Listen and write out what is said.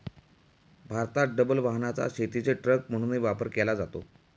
भारतात डबल वाहनाचा शेतीचे ट्रक म्हणूनही वापर केला जातो